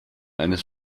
eines